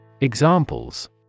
Examples